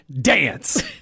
Dance